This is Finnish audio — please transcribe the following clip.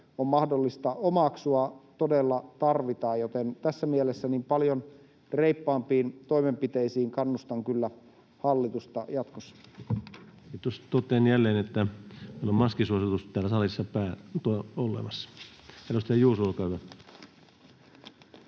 on mahdollista omaksua, todella tarvitaan, joten tässä mielessä paljon reippaampiin toimenpiteisiin kyllä kannustan hallitusta jatkossa. Kiitos. — Totean jälleen, että meillä on maskisuositus täällä salissa olemassa. — Edustaja Juuso, olkaa hyvä.